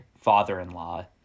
father-in-law